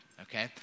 okay